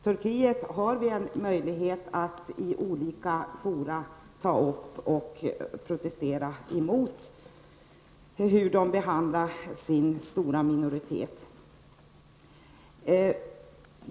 Vi har möjlighet att i olika fora ta upp och protestera mot hur Turkiet behandlar sin stora minoritet.